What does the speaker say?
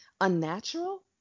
Unnatural